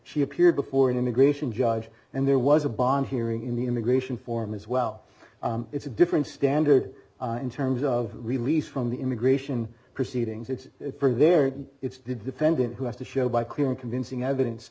she appeared before an immigration judge and there was a bond hearing in the immigration form as well it's a different standard in terms of release from the immigration proceedings it's for their it's the defendant who has to show by clear and convincing evidence